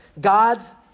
God's